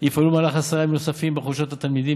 יפעלו במהלך עשרה ימים נוספים בחופשות התלמידים,